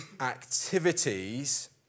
activities